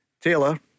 Taylor